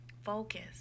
Focus